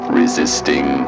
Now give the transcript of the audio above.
resisting